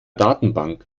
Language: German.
datenbank